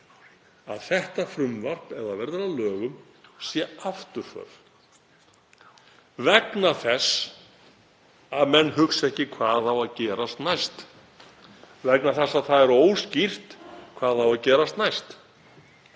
að þetta frumvarp, ef það verður að lögum, sé afturför vegna þess að menn hugsa ekki hvað á að gerast næst, vegna þess að það er óskýrt hvað á að gerast næst.